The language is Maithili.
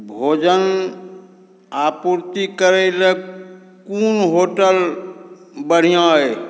भोजन आपूर्ति करैलए कोन होटल बढ़िआँ अइ